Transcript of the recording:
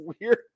weird